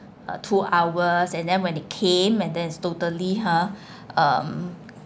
two hours and then when it came and then it's totally ha um